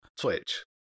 Twitch